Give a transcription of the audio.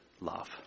love